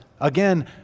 Again